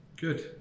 Good